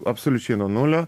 absoliučiai nuo nulio